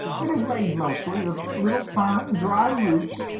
it is made mostly of little fine, dry roots,